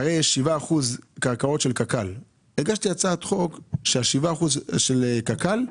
7 אחוזים הן קרקעות של קק"ל ש-7 האחוזים של קק"ל,